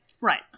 Right